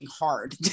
hard